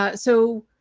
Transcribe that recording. ah so